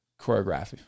choreography